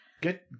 Get